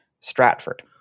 Stratford